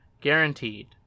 guaranteed